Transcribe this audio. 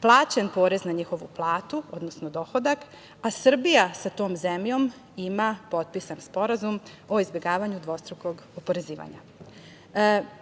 plaćen porez na njihovu platu, odnosno dohodak, a Srbija sa tom zemljom ima potpisan sporazum o izbegavanju dvostrukog oporezivanja.